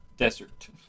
Desert